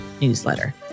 newsletter